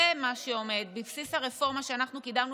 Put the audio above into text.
זה מה שעומד בבסיס הרפורמה שאנחנו קידמנו